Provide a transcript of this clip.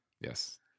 Yes